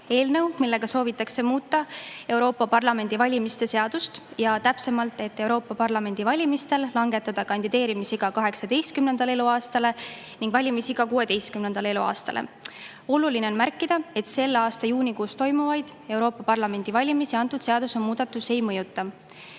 eelnõu, millega soovitakse muuta Euroopa Parlamendi valimise seadust, täpsemalt langetada Euroopa Parlamendi valimistel kandideerimisiga [minimaalselt] 18 eluaastale ning valimisiga 16 eluaastale. Oluline on märkida, et selle aasta juunikuus toimuvaid Euroopa Parlamendi valimisi antud seadusemuudatus ei mõjuta.